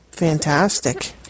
Fantastic